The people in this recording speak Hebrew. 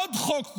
עוד חוק גורלי.